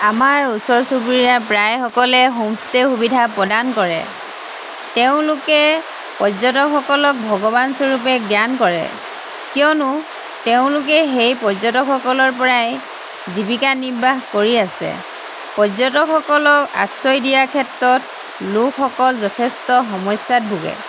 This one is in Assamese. আমাৰ ওচৰ চুবুৰীয়া প্ৰায়সকলে হোমষ্টে' সুবিধা প্ৰদান কৰে তেওঁলোকে পৰ্য্যটকসকলক ভগৱান স্বৰূপে জ্ঞান কৰে কিয়নো তেওঁলোকে সেই পৰ্য্যটকসকলৰ পৰাই জীৱিকা নিৰ্বাহ কৰি আছে পৰ্য্যটকসকলক আশ্ৰয় দিয়া ক্ষেত্ৰত লোকসকল যথেষ্ট সমস্যাত ভোগে